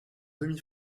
demi